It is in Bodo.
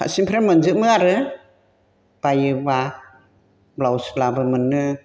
फारसेनिफ्राय मोनजोबमो आरो बायोब्ला ब्लाउसब्लाबो मोनो